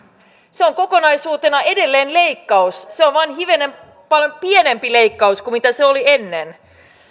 se on kokonaisuutena edelleen leikkaus se on vain hivenen pienempi leikkaus kuin mitä se oli ennen